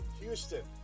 houston